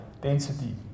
density